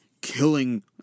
killing